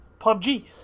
PUBG